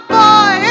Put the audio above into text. boy